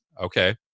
okay